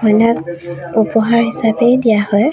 কইনাক উপহাৰ হিচাপেই দিয়া হয়